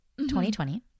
2020